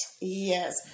Yes